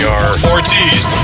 Ortiz